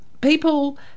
people